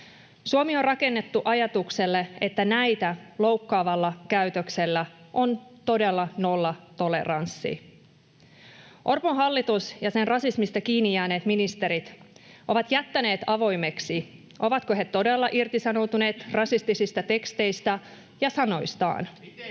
Suomi on rakennettu ajatukselle, että näitä loukkaavalle käytökselle on todella nollatoleranssi. Orpon hallitus ja sen rasismista kiinni jääneet ministerit ovat jättäneet avoimeksi, ovatko he todella irtisanoutuneet rasistisista teksteistään ja sanoistaan.